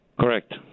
Correct